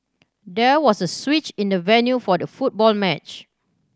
there was a switch in the venue for the football match